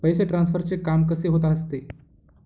पैसे ट्रान्सफरचे काम कसे होत असते?